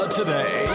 today